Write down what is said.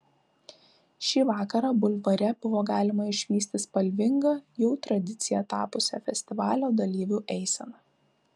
šį vakarą bulvare buvo galima išvysti spalvingą jau tradicija tapusią festivalio dalyvių eiseną